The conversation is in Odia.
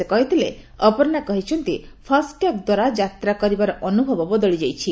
ସେ କହିଥିଲେ ଅପର୍ଣ୍ଣା କହିଛନ୍ତି ଫାଷ୍ଟ୍ୟାଗ ଦ୍ୱାରା ଯାତ୍ରା କରିବାର ଅନୁଭବ ବଦଳି ଯାଇଛି